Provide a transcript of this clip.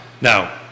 now